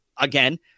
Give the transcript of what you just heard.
Again